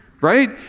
right